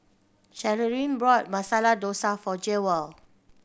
Cherilyn bought Masala Dosa for Jewell